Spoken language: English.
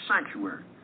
sanctuary